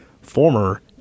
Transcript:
Former